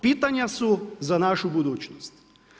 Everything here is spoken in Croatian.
Pitanja su za našu budućnost.